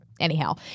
anyhow